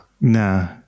nah